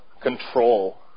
control